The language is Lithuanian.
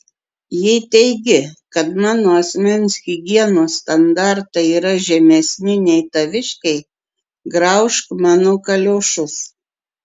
jei teigi kad mano asmens higienos standartai yra žemesni nei taviškiai graužk mano kaliošus